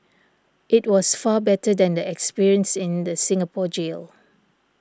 it was far better than the experience in the Singapore jail